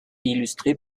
illustré